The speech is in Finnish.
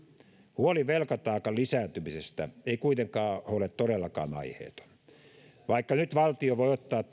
huoli velkataakan lisääntymisestä ei kuitenkaan ole todellakaan aiheeton vaikka nyt valtio voi ottaa